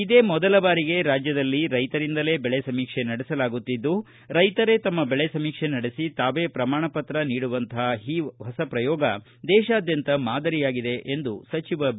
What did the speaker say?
ಇದೇ ಮೊದಲ ಬಾರಿಗೆ ರಾಜ್ಯದಲ್ಲಿ ರೈತರಿಂದಲೇ ಬೆಳೆ ಸಮೀಕ್ಷೆ ನಡೆಸಲಾಗುತ್ತಿದ್ದು ರೈತರೇ ತಮ್ಮ ಬೆಳೆ ಸಮೀಕ್ಷೆ ನಡೆಸಿ ತಾವೇ ಪ್ರಮಾಣಪತ್ರ ನೀಡುವಂತಪ ಈ ಹೊಸ ಪ್ರಯೋಗ ದೇತಾದ್ಯಂತ ಮಾದರಿಯಾಗಿದೆ ಎಂದು ಸಚಿವ ಬಿ